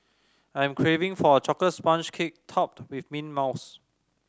I am craving for a chocolate sponge cake topped with mint mousse